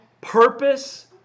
purpose